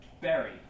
Berry